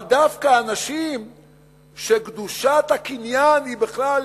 אבל דווקא אנשים שקדושת הקניין היא בכלל